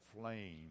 flame